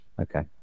okay